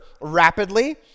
rapidly